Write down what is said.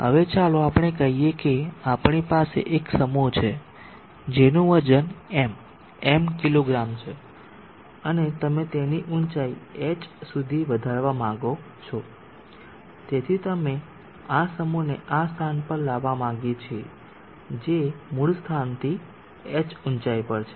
હવે ચાલો આપણે કહીએ કે આપણી પાસે એક સમૂહ છે જેનું વજન M M kg છે અને તમે તેની ઊચાઈ H સુધી વધારવા માંગો છો તેથી અમે આ સમૂહને આ સ્થાન પર લાવવા માંગીએ છીએ જે મૂળ સ્થાનથી H ઊચાઇ પર છે